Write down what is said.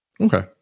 Okay